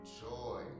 joy